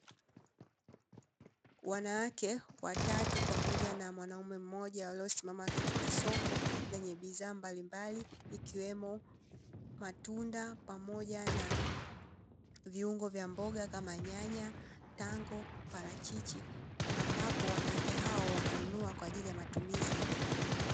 Wanawake watatu pamoja na mwanaume mmoja, waliosimama katika soko lenye bidhaa mbalimbali, ikiwemo matunda pamoja na viungo vya mboga kama nyanya, tango, parachichi, ambapo wanawake hao wananunua kwa ajili ya matumizi ya nyumbani.